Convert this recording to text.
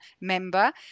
member